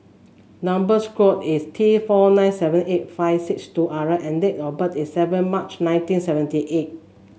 number square is T four nine seven eight five six two R and date of birth is seven March nineteen seventy eight